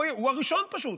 הוא הראשון, פשוט.